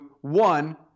one